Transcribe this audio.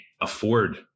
afford